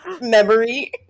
memory